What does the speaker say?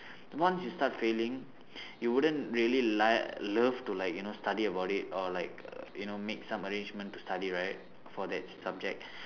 once you start failing you wouldn't really like love to like you know study about it or like you know make some arrangement to study right for that subject